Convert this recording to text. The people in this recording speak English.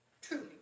truly